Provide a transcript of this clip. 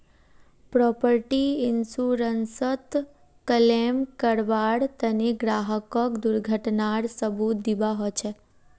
property इन्शुरन्सत claim करबार तने ग्राहकक दुर्घटनार सबूत दीबा ह छेक